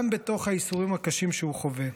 גם בתוך הייסורים הקשים שהוא חווה: